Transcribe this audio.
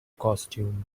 costume